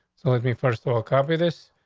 so let me, first of all, copy this.